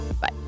bye